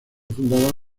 fundada